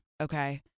okay